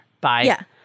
Bye